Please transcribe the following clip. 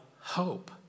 hope